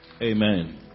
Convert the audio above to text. Amen